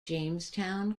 jamestown